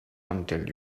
until